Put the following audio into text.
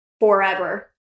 forever